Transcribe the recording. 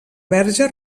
verge